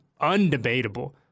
undebatable